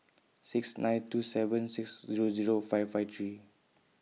six nine two seven six Zero Zero five five three